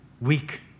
weak